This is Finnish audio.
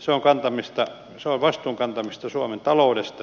se on vastuun kantamista suomen taloudesta